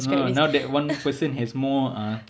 no now that one person has more uh